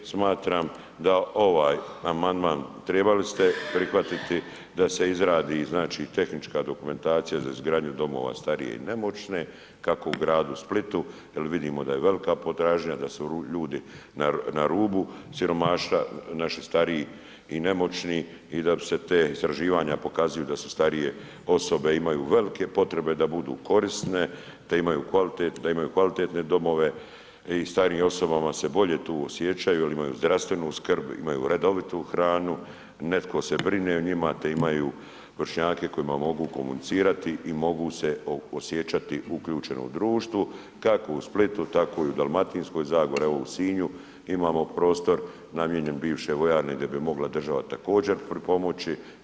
Smatram da ovaj amandman trebali ste prihvatiti da se izradi znači tehnička dokumentacija za izgradnju domova starije i nemoćne kako u gradu Splitu, jer vidimo da je velika potražnja da su ljudi na rubu siromaštva, naši stariji i nemoćni i da bi se te istraživanja pokazuju da su starije osobe imaju velike potrebe da budu korisne, da imaju kvalitetne domove i starijim osobama se bolje ti osjećaju jer imaju zdravstvenu skrb, imaju redovitu hranu, netko se brine o njima te imaju vršnjake kojima komunicirati i mogu se osjećati uključeno u društvo, kako u Splitu, tako i u Dalmatinskoj zagori, evo u Sinju imamo prostor namijenjen bivšoj vojarni gdje bi mogla država također pripomoći.